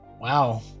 Wow